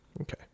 Okay